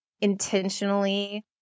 intentionally